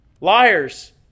liars